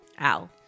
Ow